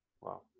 wow